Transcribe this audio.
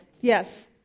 Yes